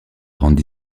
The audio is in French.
randy